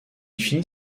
finit